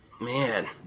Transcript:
man